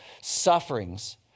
sufferings